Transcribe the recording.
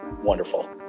wonderful